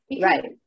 Right